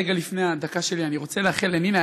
רגע לפני הדקה שלי אני רוצה לאחל לנינה,